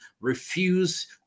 refuse